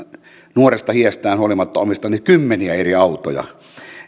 nuoresta iästään huolimatta omistaneet kymmeniä eri autoja